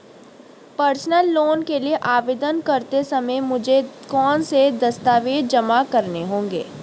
Personal loan के लिए आवेदन करते समय मुझे कौन से दस्तावेज़ जमा करने होंगे?